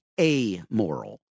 amoral